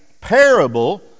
parable